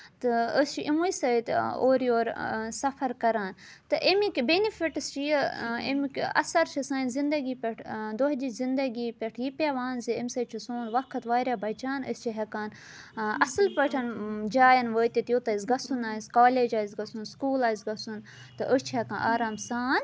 تہٕ أسۍ چھِ یِموے سۭتۍ اورٕ یور سَفر کَران تہٕ اَمِکۍ بیٚنِفِٹٕس چھِ یہِ اَمیُک اَثَر چھِ سانہِ زِندگی پٮ۪ٹھ دۄہ دِش زِندَگی پٮ۪ٹھ یہِ پیٚوان زِ اَمہِ سۭتۍ چھُ سون وقت واریاہ بَچان أسۍ چھِ ہٮ۪کان اَصٕل پٲٹھۍ جایَن وٲتِتھ یوٚت اَسہِ گَژھُن آسہِ کالیج آسہِ گَژھُن سکوٗل آسہِ گَژھُن تہٕ أسۍ چھِ ہٮ۪کان آرام سان